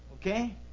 okay